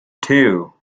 two